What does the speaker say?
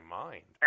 mind